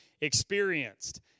experienced